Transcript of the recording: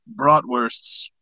bratwursts